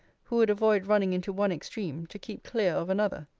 who would avoid running into one extreme, to keep clear of another.